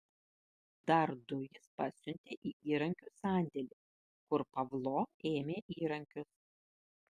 dar du jis pasiuntė į įrankių sandėlį kur pavlo ėmė įrankius